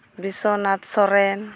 Biswanath Soren